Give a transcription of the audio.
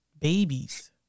babies